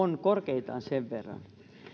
on korkeintaan sen verran